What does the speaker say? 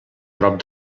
prop